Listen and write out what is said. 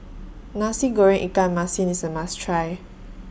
Nasi Goreng Ikan Masin IS A must Try